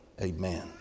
Amen